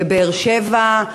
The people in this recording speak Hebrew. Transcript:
בבאר-שבע.